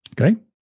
Okay